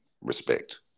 respect